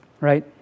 right